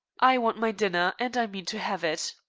i want my dinner, and i mean to have it.